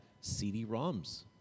CD-ROMs